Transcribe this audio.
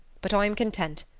but i'm content,